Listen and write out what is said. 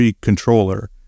controller